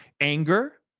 anger